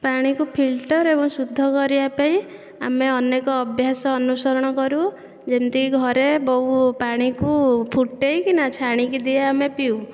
ପାଣିକୁ ଫିଲ୍ଟର୍ ଏବଂ ଶୁଦ୍ଧ କରିବା ପାଇଁ ଆମେ ଅନେକ ଅଭ୍ୟାସ ଅନୁସରଣ କରୁ ଯେମିତିକି ଘରେ ବୋଉ ପାଣିକୁ ଫୁଟାଇକିନା ଛାଣିକି ଦିଏ ଆମେ ପିଉ